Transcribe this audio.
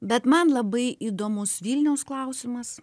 bet man labai įdomus vilniaus klausimas